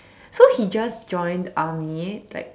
so he just joined army like